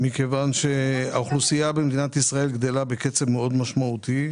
מכיוון שהאוכלוסייה במדינת ישראל גדלה בקצב מאוד משמעותי,